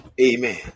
Amen